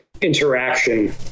interaction